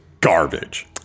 garbage